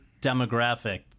demographic